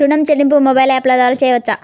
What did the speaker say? ఋణం చెల్లింపు మొబైల్ యాప్ల ద్వార చేయవచ్చా?